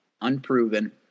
unproven